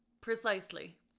Precisely